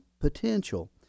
potential